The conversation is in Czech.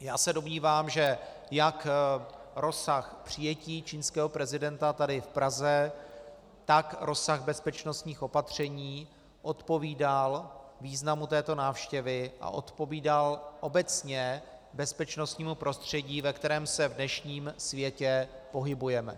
Já se domnívám, že jak rozsah přijetí čínského prezidenta tady v Praze, tak rozsah bezpečnostních opatření odpovídal významu této návštěvy a odpovídal obecně bezpečnostnímu prostředí, ve kterém se v dnešním světě pohybujeme.